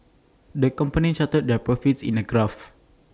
the company charted their profits in A graph